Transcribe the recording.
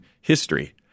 history